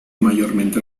mayormente